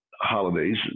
holidays